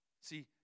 See